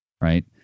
right